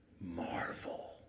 Marvel